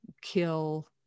kill